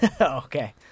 Okay